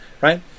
right